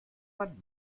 man